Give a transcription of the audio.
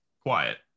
quiet